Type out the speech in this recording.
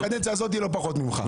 בקדנציה הזאת לא פחות ממך.